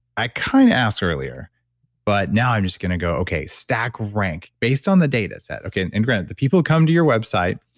i kind of asked earlier but now i'm just going to go, okay, stack rank based on the data set. and granted, the people come to your website,